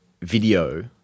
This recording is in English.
video